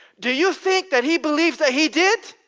do you think that he believes that he did?